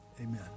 amen